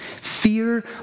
Fear